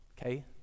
okay